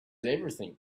everything